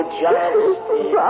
justice